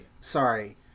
Sorry